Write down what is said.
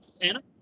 Anna